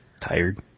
Tired